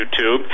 YouTube